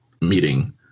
meeting